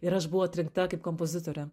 ir aš buvau atrinkta kaip kompozitorė